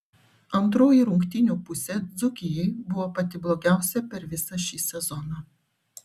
antroji rungtynių pusė dzūkijai buvo pati blogiausia per visą šį sezoną